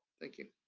thank you.